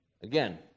again